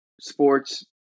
sports